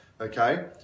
Okay